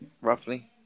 roughly